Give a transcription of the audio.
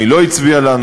מי לא הצביע לנו,